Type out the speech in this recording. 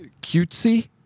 cutesy